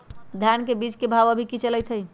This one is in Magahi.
धान के बीज के भाव अभी की चलतई हई?